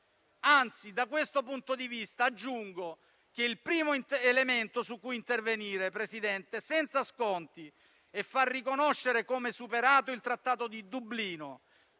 Anzi, da questo punto di vista aggiungo che il primo elemento su cui intervenire, presidente Draghi, senza sconti, è far riconoscere come superato il Regolamento di Dublino: